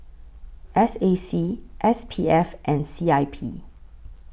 S A C S P F and C I P